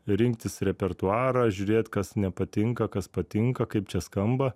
rinktis repertuarą žiūrėt kas nepatinka kas patinka kaip čia skamba